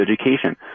education